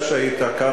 אני יודע שהיית כאן,